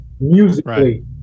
musically